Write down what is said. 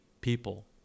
people